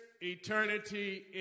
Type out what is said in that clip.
eternity